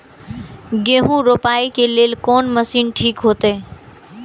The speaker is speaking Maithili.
गेहूं रोपाई के लेल कोन मशीन ठीक होते?